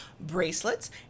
bracelets